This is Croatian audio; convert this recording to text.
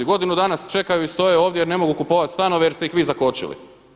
Godinu dana čekaju i stoje ovdje jer ne mogu kupovat stanove jer ste ih vi zakočili.